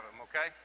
okay